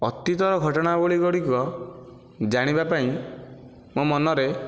ଅତୀତର ଘଟଣାବଳୀ ଗୁଡ଼ିକ ଜାଣିବା ପାଇଁ ମୋ ମନରେ